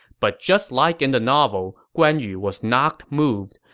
but just like in the novel, guan yu was not moved.